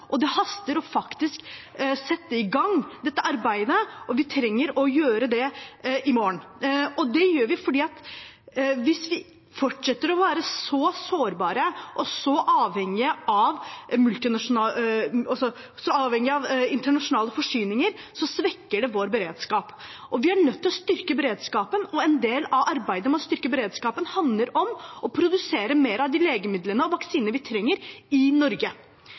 Det haster å sette i gang dette arbeidet, vi trenger å gjøre det i morgen, for hvis vi fortsetter å være så sårbare og så avhengige av internasjonale forsyninger, svekker det vår beredskap. Vi er nødt til å styrke beredskapen, og en del av arbeidet med å styrke beredskapen handler om å produsere mer av de legemidlene og vaksinene vi trenger, i Norge.